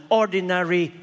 ordinary